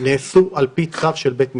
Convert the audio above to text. נעשו על פי צו של בית משפט,